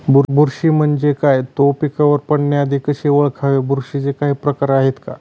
बुरशी म्हणजे काय? तो पिकावर पडण्याआधी कसे ओळखावे? बुरशीचे काही प्रकार आहेत का?